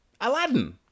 Aladdin